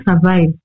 survive